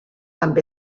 amb